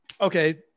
okay